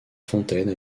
fontaine